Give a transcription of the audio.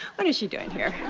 what is she doing here?